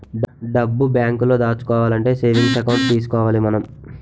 డబ్బు బేంకులో దాచుకోవాలంటే సేవింగ్స్ ఎకౌంట్ తీసుకోవాలి మనం